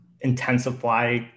intensify